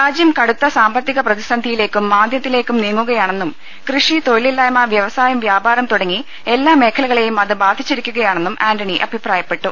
രാജ്യം കടുത്ത സാമ്പ ത്തിക പ്രതിസന്ധിയിലേക്കും മാന്ദ്യത്തിലേക്കും നീങ്ങുകയാണെന്നും കൃഷി തൊഴിലില്ലായ്മ വൃവസായം വ്യാപാരം തുടങ്ങി എല്ലാ മേഖലകളെയും അത് ബാധിച്ചിരിക്കുകയാണെന്നും ആന്റണി അഭിപ്രായപ്പെട്ടു